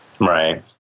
right